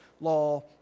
law